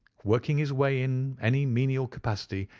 working his way in any menial capacity,